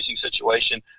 situation